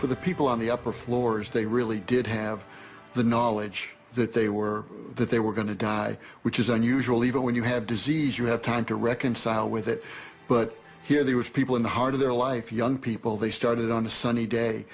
for the people on the upper floors they really did have the knowledge that they were that they were going to die which is unusual even when you have disease you have time to reconcile with it but here there was people in the heart of their life young people they started on a sunny day